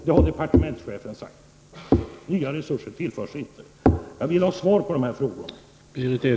Det har departementschefen sagt. Nya resurser tillförs inte. Jag vill ha svar på mina frågor.